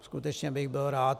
Skutečně bych byl rád.